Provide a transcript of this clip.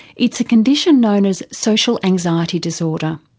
it's a condition known as social anxiety disorder.